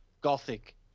gothic